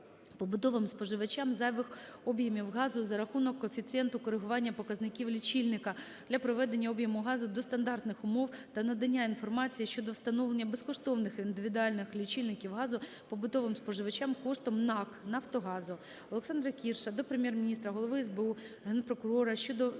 побутовим споживачам зайвих об'ємів газу за рахунок Коефіцієнту коригування показників лічильника для приведення об'єму газу до стандартних умов та надання інформації щодо встановлення безкоштовних індивідуальних лічильників газу побутовим споживачам коштом НАК "НАФТОГАЗУ". Олександра Кірша до Прем'єр-міністра, Голови СБУ, Генпрокурора щодо